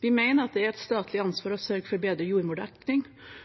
Vi mener at det er et statlig ansvar å sørge for bedre jordmordekning.